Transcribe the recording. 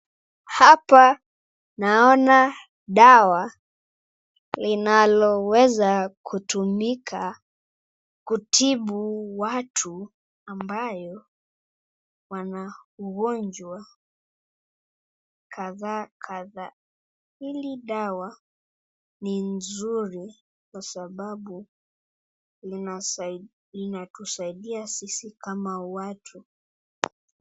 Hapa naona dawa linaloweza kutumika kutibu watu ambayo wanaugonjwa kadhaa kadhaa, hili dawa ni nzuri kwa sababu inatusaidia sisi kama watu.